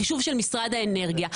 החישוב של משרד האנרגיה,